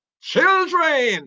Children